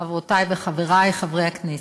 חברותי וחברי חברי הכנסת,